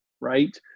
right